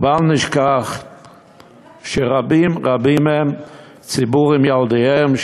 ובל נשכח שרבים רבים מציבור באים עם ילדיהם,